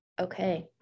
Okay